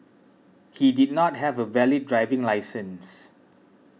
he did not have a valid driving licence